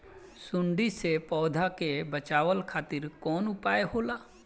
सुंडी से पौधा के बचावल खातिर कौन उपाय होला?